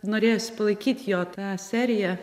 norėjosi palaikyt jo tą seriją